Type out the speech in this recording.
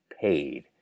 paid